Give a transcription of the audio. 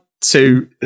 two